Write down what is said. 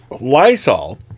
Lysol